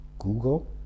Google